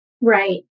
Right